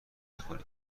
نکنی